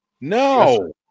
No